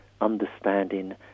understanding